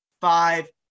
five